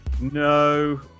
No